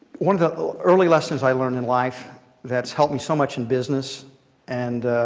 one of the early lessons i learned in life that's helped me so much in business and